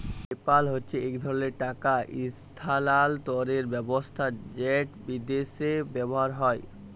PayPal হছে ইক ধরলের টাকা ইসথালালতরের ব্যাবস্থা যেট বিদ্যাশে ব্যাভার হয়